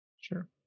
Sure